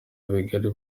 bigari